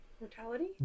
mortality